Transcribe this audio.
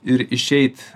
ir išeit